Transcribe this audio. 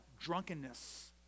drunkenness